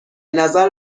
نظر